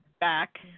back